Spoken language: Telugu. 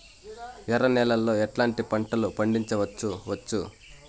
ఎర్ర నేలలో ఎట్లాంటి పంట లు పండించవచ్చు వచ్చు?